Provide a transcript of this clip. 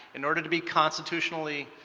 in order to be constitutionally